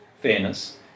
fairness